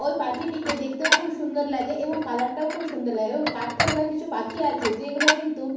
ওই পাখিটিকে দেখতেও খুব সুন্দর লাগে এবং কালারটাও খুব সুন্দর লাগে এবং কাঠঠোকরা কিছু পাখি আছে যেগুলো কিন্তু